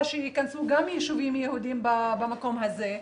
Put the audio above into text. שייכנסו גם יישובים יהודיים במקום הזה,